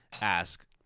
ask